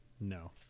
No